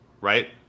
right